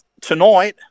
tonight